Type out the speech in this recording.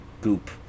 goop